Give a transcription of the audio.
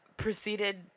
proceeded